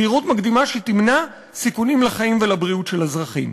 זהירות מקדימה שתמנע סיכונים לחיים ולבריאות של אזרחים.